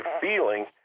feeling